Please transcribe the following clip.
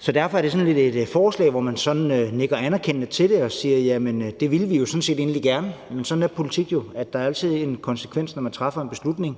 Så derfor er det et forslag, man sådan nikker anerkendende til og siger: Jamen det ville vi jo sådan set gerne. Men i politik er det jo sådan, at der altid er en konsekvens, når man træffer en beslutning.